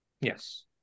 Yes